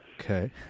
Okay